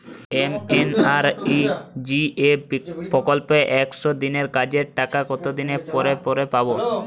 MNREGA প্রকল্পে একশ দিনের কাজের টাকা কতদিন পরে পরে পাব?